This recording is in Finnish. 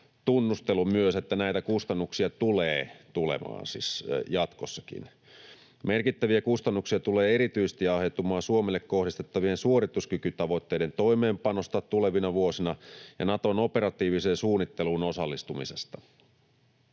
ennakkotunnustelu, että näitä kustannuksia tulee tulemaan siis jatkossakin. Merkittäviä kustannuksia tulee erityisesti aiheutumaan Suomelle kohdistettavien suorituskykytavoitteiden toimeenpanosta tulevina vuosina ja Naton operatiiviseen suunnitteluun osallistumisesta.